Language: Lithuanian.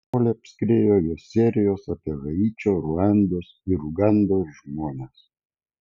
pasaulį apskriejo jo serijos apie haičio ruandos ir ugandos žmones